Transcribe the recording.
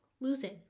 losing